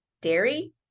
dairy